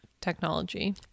technology